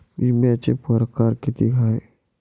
बिम्याचे परकार कितीक हाय?